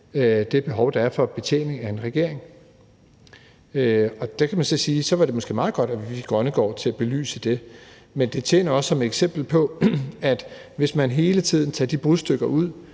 det behov, der er for betjening af en regering. Og der kan man så sige, at det måske var meget godt, at vi fik Jørgen Grønnegård Christensen til at belyse det. Men det tjener også som eksempel på spørgsmålet: Hvis man hele tiden tager de brudstykker ud,